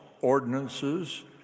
ordinances